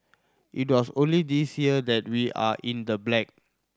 it was only this year that we are in the black